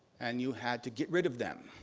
and you had to get rid of them.